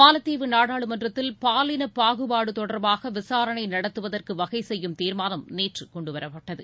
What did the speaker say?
மாலத்தீவு நாடாளுமன்றத்தில் பாலினப் பாகுபாடு தொடர்பாக விசாரணை நடத்துவதற்கு வகைசெய்யும் தீர்மானம் நேற்று கொண்டுவரப்பட்டது